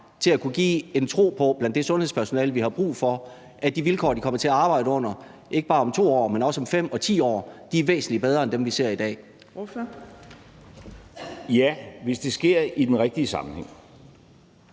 til at kunne give en tro på, hos det sundhedspersonale, vi har brug for, at de vilkår, de kommer til at arbejde under om ikke bare 2 år, men også om 5 og 10 år, er væsentlig bedre end dem, vi ser i dag? Kl. 20:17 Anden næstformand